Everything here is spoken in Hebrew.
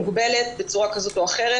מוגבלת בצורה כזו או אחרת,